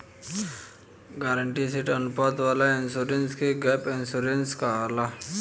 guaranteed asset अनुपात वाला insurance के गैप इंश्योरेंस कहाला